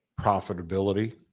profitability